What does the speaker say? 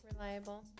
Reliable